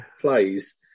plays